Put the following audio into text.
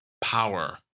power